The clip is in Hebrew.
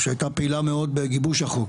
שהייתה פעילה מאוד בגיבוש החוק